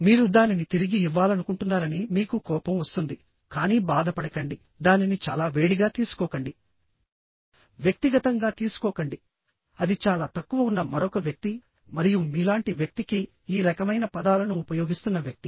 మీరు దానిని తిరిగి ఇవ్వాలనుకుంటున్నారని మీకు కోపం వస్తుంది కానీ బాధపడకండి దానిని చాలా వేడిగా తీసుకోకండి వ్యక్తిగతంగా తీసుకోకండి అది చాలా తక్కువ ఉన్న మరొక వ్యక్తి మరియు మీలాంటి వ్యక్తికి ఈ రకమైన పదాలను ఉపయోగిస్తున్న వ్యక్తి